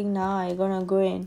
I think now I gonna go and